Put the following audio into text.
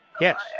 Yes